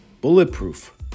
bulletproof